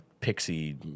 pixie